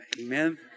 Amen